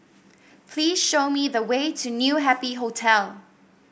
please show me the way to New Happy Hotel